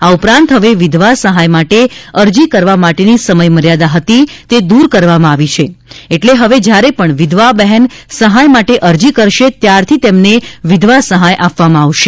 આ ઉપરાંત હવે વિધવા સહાય માટે અરજી કરવા માટેની સમયમર્યાદા હતી તે દૂર કરવામાં આવી છે એટલે હવે જ્યારે પણ વિધવા બહેન સહાય માટે અરજી કરશે ત્યારથી તેમને વિધવા સહાય આપવામાં આવશે